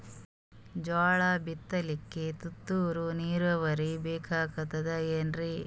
ಜೋಳ ಬಿತಲಿಕ ತುಂತುರ ನೀರಾವರಿ ಬೇಕಾಗತದ ಏನ್ರೀ?